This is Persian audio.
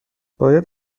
باید